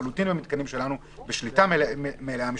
בשליטה מלאה שלהם.